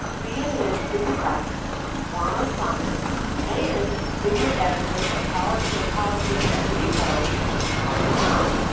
cnn senior writer juana summers and senior editor for policy and politics at recode tony romm.